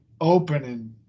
opening